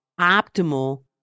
optimal